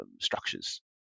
structures